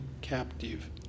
captive